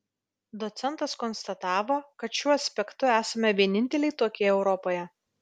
docentas konstatavo kad šiuo aspektu esame vieninteliai tokie europoje